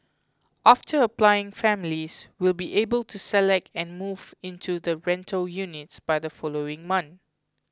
after applying families will be able to select and move into the rental units by the following month